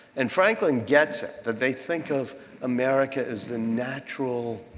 and franklin gets it, that they think of america as the natural,